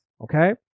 okay